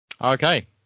Okay